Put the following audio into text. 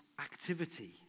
activity